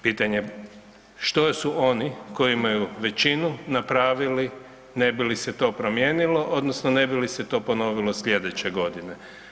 Pitanje, što su oni koji imaju većinu napravili ne bi li se to promijenilo odnosno ne bi li se to ponovilo sljedeće godine?